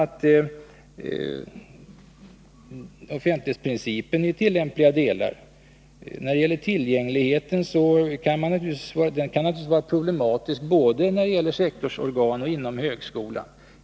J I fråga om fillegnaligner kan det naturligvis vara problematiskt både för Forskningsanslag, sektorsorgan och vid högskolan.